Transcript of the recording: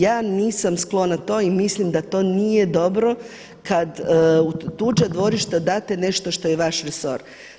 Ja nisam sklona tome i mislim da to nije dobro kad u tuđa dvorišta date nešto što je vaš resor.